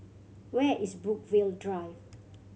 where is Brookvale Drive